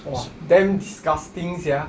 !wah! damn disgusting sia